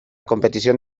competición